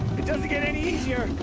it doesn't get any easier!